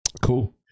Cool